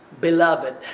beloved